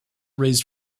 raised